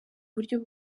buryo